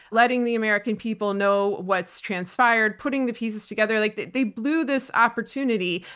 letting the american people know what's transpired, putting the pieces together, like they they blew this opportunity.